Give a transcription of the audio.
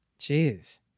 Jeez